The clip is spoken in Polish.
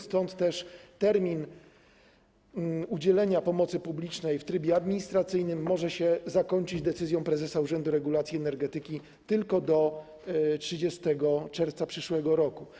Stąd też udzielanie pomocy publicznej w trybie administracyjnym może się zakończyć decyzją prezesa Urzędu Regulacji Energetyki tylko do 30 czerwca przyszłego roku.